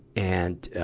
and, ah,